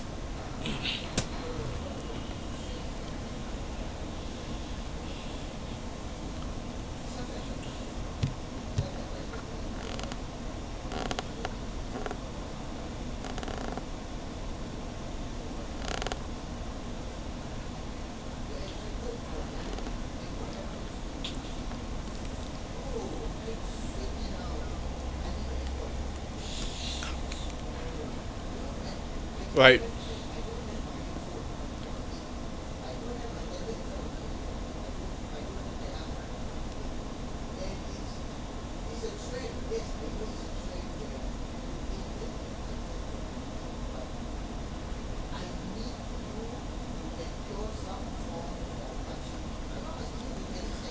right